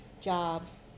jobs